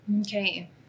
Okay